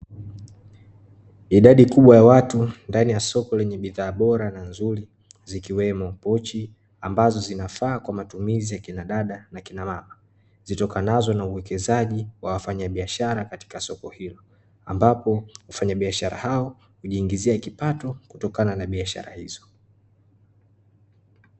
Idadi kubwa ya watu ndani ya soko lenye bidhaa bora na nzuri zikiwemo pochi ambazo zinafaa kwa matumizi ya kina dada na kina mama, zitokanazo na uwekezaji wa wafanyabiashara katika soko hilo ambapo wafanyabiashara hao hujiingizia kipato kutokana na biashara hizo.